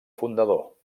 fundador